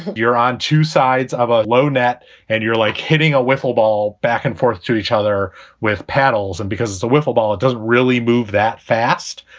you're on two sides of a low net and you're like hitting a wiffle ball back and forth to each other with paddles and because it's a wiffle ball, it doesn't really move that fast.